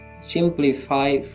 simplify